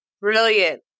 Brilliant